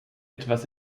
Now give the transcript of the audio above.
etwa